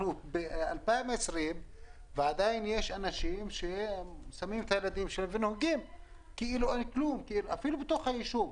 אנחנו ב-2020 ועדיין יש אנשים שכך נוהגים ואפילו בתוך הישוב.